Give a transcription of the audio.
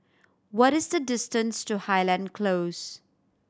what is the distance to Highland Close